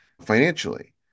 financially